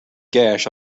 gash